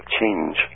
change